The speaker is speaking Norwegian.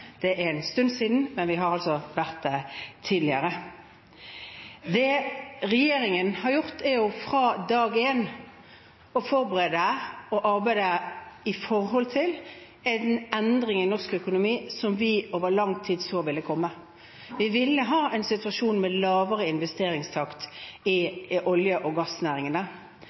Det er en stund siden, men vi har vært der tidligere. Det regjeringen har gjort, er fra dag én å forberede og arbeide med en endring i norsk økonomi, som vi over lang tid så ville komme. Vi ville ha en situasjon med lavere investeringstakt i